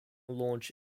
launch